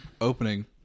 opening